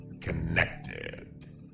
connected